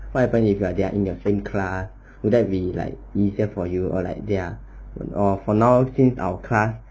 what happen if they're in the same class will that be like easier for you or like ya for now since our class